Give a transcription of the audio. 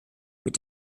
mit